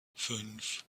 fünf